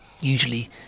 usually